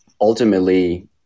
ultimately